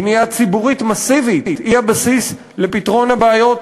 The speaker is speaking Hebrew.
בנייה ציבורית מסיבית היא הבסיס לפתרון בעיות